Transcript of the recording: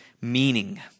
meaning